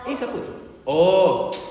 a siapa oh